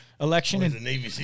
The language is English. election